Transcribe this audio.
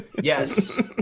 yes